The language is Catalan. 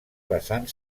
basant